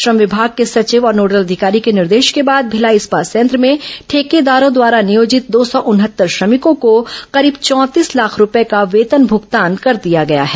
श्रम विभाग के सचिव और नोडल अधिकारी के निर्देश के बाद भिलाई इस्पात संयंत्र में ठेकेदारों द्वारा नियोजित दो सौ उनहत्तर श्रमिकों को करीब चौंतीस लाख रूपये का वेतन भुगतान कर दिया गया है